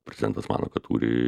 prezidentas mano kad turi